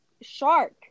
shark